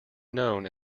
known